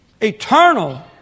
Eternal